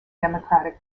democratic